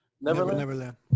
neverland